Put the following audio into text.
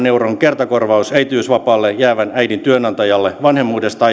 euron kertakorvaus äitiysvapaalle jäävän äidin työnantajalle vanhemmuudesta